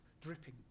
dripping